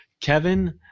Kevin